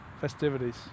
festivities